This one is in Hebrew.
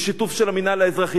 בשיתוף של המינהל האזרחי,